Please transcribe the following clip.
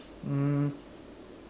mm